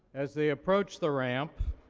as they approach the ramp,